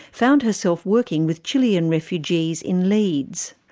found herself working with chilean refugees in leeds.